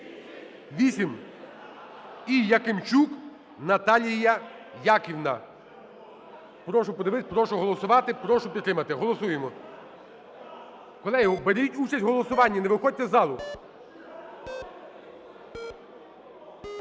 За-238 І Якимчук Наталія Яківна. Прошу голосувати. Прошу підтримати. Голосуємо. Колеги, беріть участь в голосуванні, не виходьте з залу.